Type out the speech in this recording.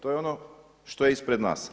To je ono što je ispred nas.